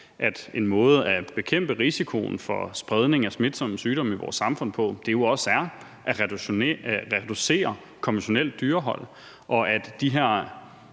at en måde til at bekæmpe risikoen for spredningen af smitsomme sygdomme i vores samfund, også er at reducere det konventionelle dyrehold, og at de her